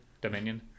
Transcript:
dominion